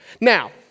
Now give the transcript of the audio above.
Now